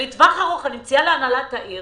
לטווח ארוך אני מציעה להנהלת העיר